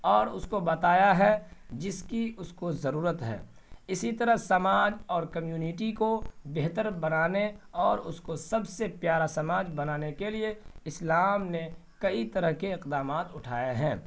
اور اس کو بتایا ہے جس کی اس کو ضرورت ہے اسی طرح سماج اور کمیونٹی کو بہتر بنانے اور اس کو سب سے پیارا سماج بنانے کے لیے اسلام نے کئی طرح کے اقدامات اٹھائے ہیں